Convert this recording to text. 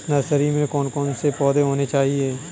Nursery में कौन कौन से पौधे होने चाहिए?